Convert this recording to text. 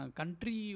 country